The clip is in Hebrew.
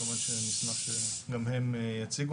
וכמובן שנשמח שגם הם יציגו.